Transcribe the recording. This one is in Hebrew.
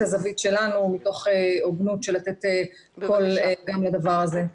הזווית שלנו מתוך הוגנות של לתת --- לדבר הזה.